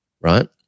right